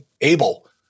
able